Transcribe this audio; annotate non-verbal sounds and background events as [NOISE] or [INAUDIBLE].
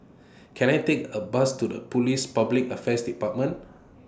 Can I Take A Bus to The Police Public Affairs department [NOISE]